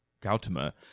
gautama